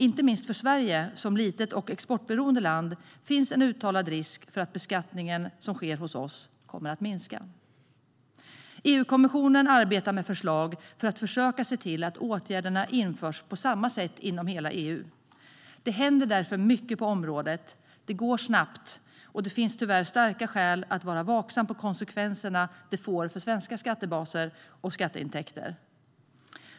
Inte minst för Sverige, som är ett litet och exportberoende land, finns det en uttalad risk för att beskattningen som sker hos oss kommer att minska. EU-kommissionen arbetar med förslag på hur man ska försöka se till att åtgärderna ska införas på samma sätt inom hela EU. Det händer därför mycket på området. Det går snabbt, och det finns tyvärr starka skäl att vara vaksam när det gäller konsekvenserna för svenska skattebaser och skatteintäkter.